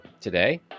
today